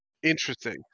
interesting